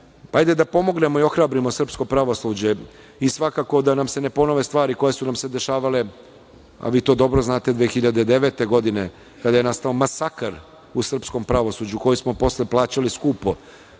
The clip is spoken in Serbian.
hajde da pomognemo i ohrabrimo srpsko pravosuđe i svakako da nam se ne ponove stvari koje su nam se dešavale, a vi to dobro znate, 2009. godine, kada je nastao masakr u srpskom pravosuđu, koji smo posle plaćali skupo,